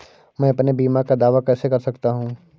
मैं अपने बीमा का दावा कैसे कर सकता हूँ?